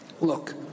Look